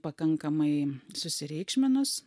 pakankamai susireikšminus